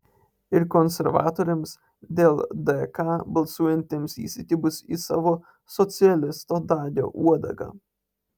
ir konservatoriams dėl dk balsuojantiems įsikibus į savo socialisto dagio uodegą